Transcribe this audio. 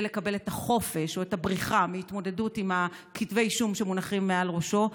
לקבל את החופש או את הבריחה מהתמודדות עם כתבי האישום שמונחים מעל ראשו.